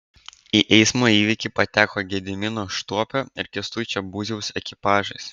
į eismo įvykį pateko gedimino štuopio ir kęstučio būziaus ekipažas